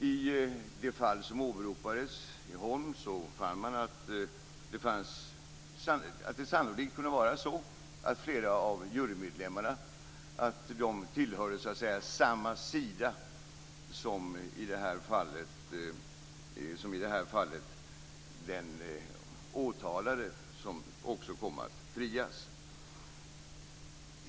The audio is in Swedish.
I fallet Holm som åberopades fann man att det sannolikt kunde vara så att flera av jurymedlemmarna tillhörde samma sida som den åtalade, som också kom att frias.